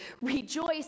rejoice